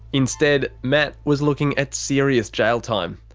instead, matt was looking at serious jail time.